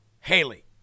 Haley